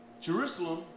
Jerusalem